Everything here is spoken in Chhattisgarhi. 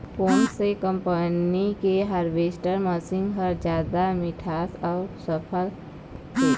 कोन से कम्पनी के हारवेस्टर मशीन हर जादा ठीन्ना अऊ सफल हे?